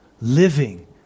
living